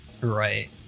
right